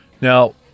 now